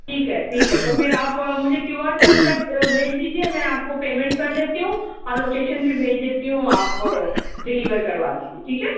ٹھیک ہے ٹھیک ہے تو پھر آپ مجھے کیو آر کوڈ کر بھیج دیجیے میں آپ کو پیمنٹ کر دیتی ہوں اور لوکیشن بھی بھیج دیتی ہوں آپ ڈلیور کروا دیجیے ٹھیک ہے